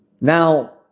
Now